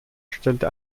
stellte